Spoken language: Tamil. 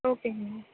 ஓகேங்க மேம்